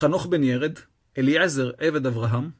חנוך בן ירד, אליעזר עבד אברהם